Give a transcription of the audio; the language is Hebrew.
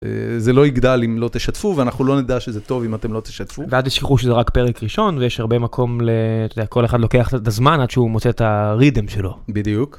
זה לא יגדל אם לא תשתפו ואנחנו לא נדע שזה טוב אם אתם לא תשתפו. ואל תשכחו שזה רק פרק ראשון ויש הרבה מקום לכל אחד לוקח את הזמן עד שהוא מוצא את הרית'ם שלו. בדיוק.